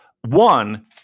One